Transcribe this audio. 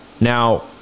now